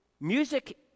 music